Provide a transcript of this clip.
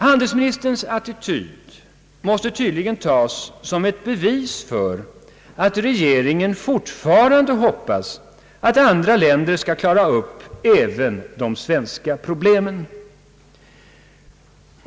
Handelsministerns attityd måste tydligen tas som ett bevis för att regeringen fortfarande hoppas att andra länder skall klara upp även de svenska problemen.